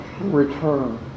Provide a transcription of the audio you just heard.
return